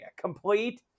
Complete